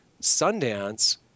Sundance